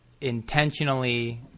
intentionally